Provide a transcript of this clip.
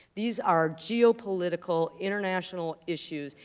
these are geopolitical, international issues,